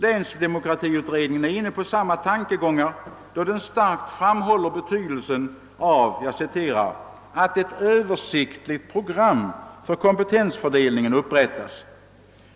Länsdemokratiutredningen är inne på samma tankegångar då den starkt framhåller betydelsen av »att ett översiktligt program för kompetensfördelningen upprättas.